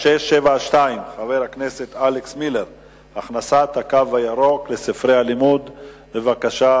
חבר הכנסת רוברט טיבייב שאל את שר החינוך ביום י'